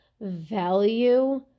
value